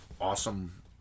awesome